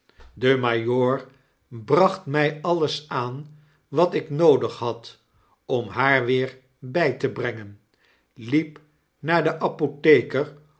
de majoor bracht my alles aan wat ik noodig had om haar weer by te brengen liep naar den apotheker